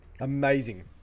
Amazing